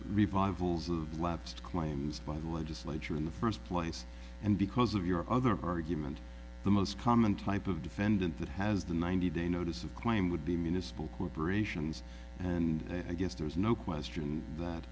revivals of lapsed claims by the legislature in the first place and because of your other argument the most common type of defendant that has the ninety day notice of claim would be municipal corporations and i guess there is no question that